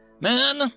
Man